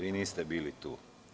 Vi niste bili tu.